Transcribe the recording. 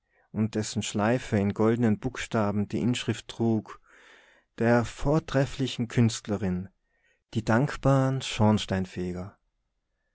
und dessen schleife in goldenen buchstaben die inschrift trug der vortrefflichen künstlerin die dankbaren schornsteinfeger